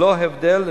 ללא הבדל,